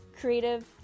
creative